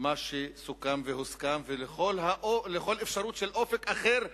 מה שסוכם והוסכם עליו ולכל אפשרות של אופק אחר,